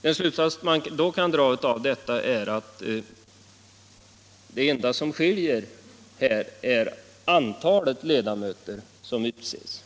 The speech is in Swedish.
Den slutsatsen man här kan dra är att det enda som skiljer är det antal ledamöter som landstingen utser,